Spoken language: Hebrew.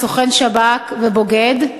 "סוכן שב"כ" ו"בוגד"